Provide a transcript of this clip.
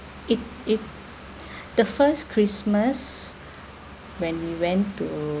it it the first christmas when we went to